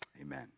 Amen